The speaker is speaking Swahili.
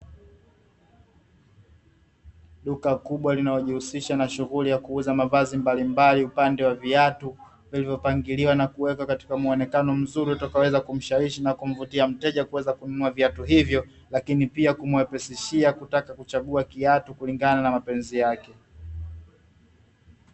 Duka kubwa linalojihusisha na uuzaji wa mavazi mbalimbali upande wa viatu, vilivyopangiliwa na kuweka katika muonekano mzuri utakaoweza kumshawishi na kumvutia mteja kuweza kununua viatu hivyo, lakini pia kumwepesishia kuweza kuchagua viatu kulingana na mapenzi yake.